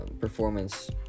performance